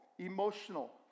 emotional